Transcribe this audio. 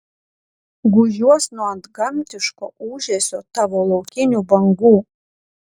gūžiuos nuo antgamtiško ūžesio tavo laukinių bangų